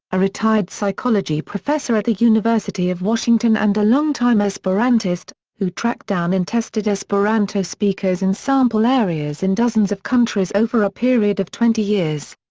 a retired psychology professor at the university of washington and a longtime esperantist, who tracked down and tested esperanto speakers in sample areas in dozens of countries over a period of twenty years.